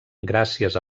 gràcies